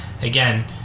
again